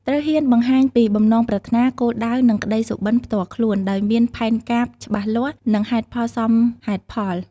ត្រូវហ៊ានបង្ហាញពី បំណងប្រាថ្នា គោលដៅ និងក្តីសុបិន្តផ្ទាល់ខ្លួន ដោយមាន ផែនការច្បាស់លាស់ និង ហេតុផលសមហេតុផល។